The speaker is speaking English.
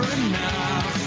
enough